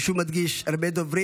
פושט את מעילו,